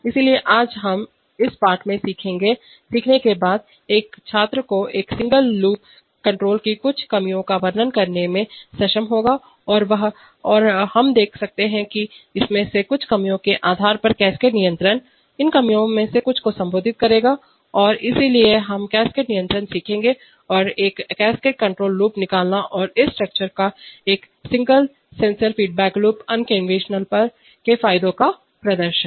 इसलिए आज इस पाठ को सीखने के बाद छात्र को एक सिंगल लूप कंट्रोल की कुछ कमियों का वर्णन करने में सक्षम होगा और हम देख सकते हैं कि इनमें से कुछ कमियों के आधार पर कैस्केड नियंत्रण इन कमियों में से कुछ को संबोधित करेगा और इसलिए हम कैस्केड नियंत्रण सीखेंगे और एक कैस्केड कंट्रोल लूप निकालना और इस स्ट्रक्चर का एक single sensor feedback loop unconventional पर फायदों का प्रदर्शन